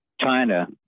China